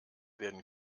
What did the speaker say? werden